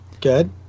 good